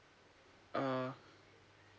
uh